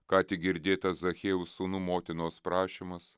ką tik girdėtas zachiejaus sūnų motinos prašymas